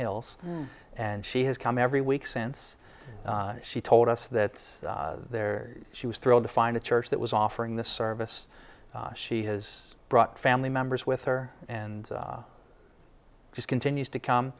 hills and she has come every week since she told us that there she was thrilled to find a church that was offering this service she has brought family members with her and just continues to come